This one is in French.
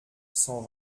cent